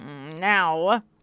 Now